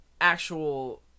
actual